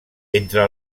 entre